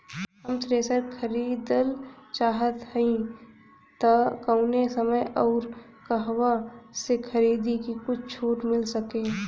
हम थ्रेसर खरीदल चाहत हइं त कवने समय अउर कहवा से खरीदी की कुछ छूट मिल सके?